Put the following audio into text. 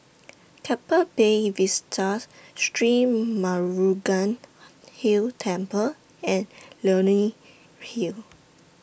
Keppel Bay Vista Sri Murugan Hill Temple and Leonie Hill